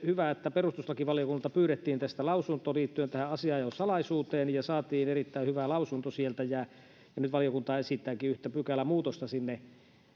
hyvä että perustuslakivaliokunnalta pyydettiin lausunto liittyen tähän asianajosalaisuuteen ja saatiin erittäin hyvä lausunto sieltä nyt valiokunta esittääkin yhtä pykälämuutosta sinne